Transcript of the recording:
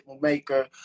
maker